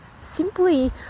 simply